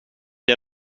jij